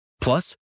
Plus